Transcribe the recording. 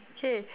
okay